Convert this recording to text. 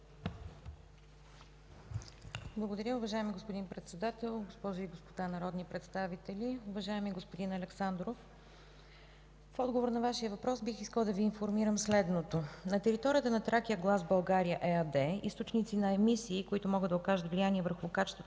Благодаря. Уважаеми господин Председател, госпожи и господа народни представители! Уважаеми господин Александров, в отговор на Вашия въпрос бих искала да Ви информирам следното: на територията на „Тракия глас България” ЕАД източници на емисии, които могат да окажат влияние върху качеството